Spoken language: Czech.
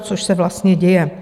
Což se vlastně děje.